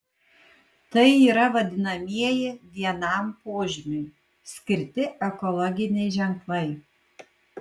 tai yra vadinamieji vienam požymiui skirti ekologiniai ženklai